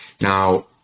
Now